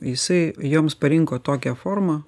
jisai joms parinko tokią formą